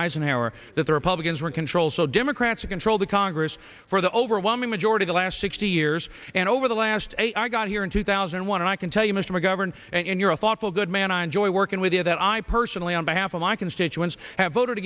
eisenhower that the republicans were in control so democrats controlled the congress for the overwhelming majority the last sixty years and over the last eight i got here in two thousand and one and i can tell you mr mcgovern and you're a thoughtful good man i enjoy working with you that i personally on behalf of my constituents have voted